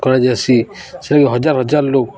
କରାଯାଏସି ସେଇ ହଜାର ହଜାର ଲୋକ